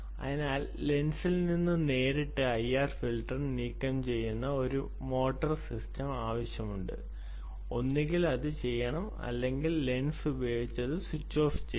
അതിനാൽ ലെൻസിൽ നിന്ന് നേരിട്ട് ഐആർ ഫിൽട്ടർ നീക്കം ചെയ്യുന്ന ഒരു മോട്ടോർ സിസ്റ്റം ആവശ്യമുണ്ട് ഒന്നുകിൽ അത് ചെയ്യണം അല്ലെങ്കിൽ ലെൻസ് സൂക്ഷിച്ച് അത് സ്വിച്ചുചെയ്യുക